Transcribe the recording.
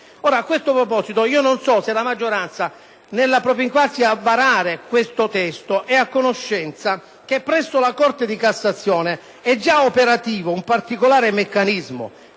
A questo proposito, non so se la maggioranza, nell’appropinquarsi a varare questo testo, ea conoscenza del fatto che presso la Corte di cassazione e giaoperativo un particolare meccanismo,